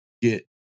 get